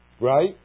Right